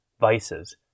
vices